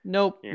Nope